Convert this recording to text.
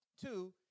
Two